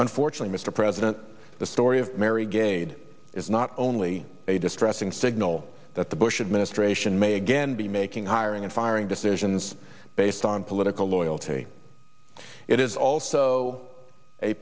unfortunate mr president the story of merry gade is not only a distressing signal that the bush administration may again be making hiring and firing decisions based on political loyalty it is also a